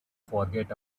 forget